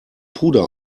puder